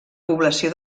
població